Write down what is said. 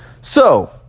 So